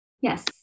Yes